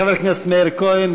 חבר הכנסת מאיר כהן,